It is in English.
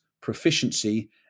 proficiency